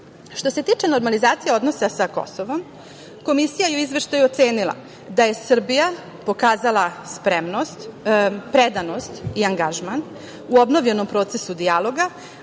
se tiče normalizacije odnosa sa Kosovom, Komisija je u izveštaju ocenila da je Srbija pokazala spremnost, predanost i angažman u obnovljenom procesu dijaloga,